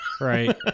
Right